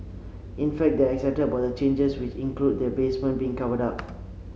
in fact they are excited about the changes which include the basement being covered up